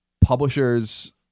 Publishers